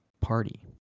party